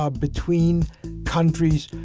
ah between countries,